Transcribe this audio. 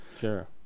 Sure